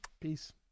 Peace